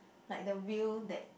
like the wheel that